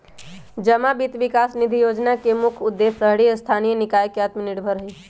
जमा वित्त विकास निधि जोजना के मुख्य उद्देश्य शहरी स्थानीय निकाय के आत्मनिर्भर हइ